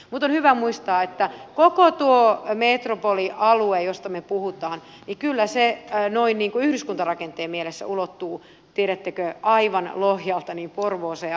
on hyvä muistaa että koko tuo metropolialue josta me puhumme kyllä ulottuu noin niin kuin yhdyskuntarakenteen mielessä tiedättekö aivan lohjalta porvooseen asti